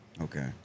Okay